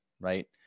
right